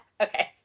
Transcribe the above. Okay